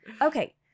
Okay